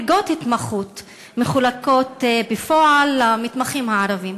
2. כמה מלגות התמחות מחולקות בפועל למתמחים הערבים?